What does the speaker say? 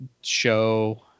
show